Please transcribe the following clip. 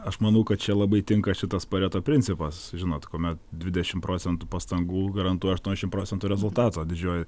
aš manau kad čia labai tinka šitas pareto principas žinot kuomet dvidešimt procentų pastangų garantuoja aštuoniašim procentų rezultato didžiojoj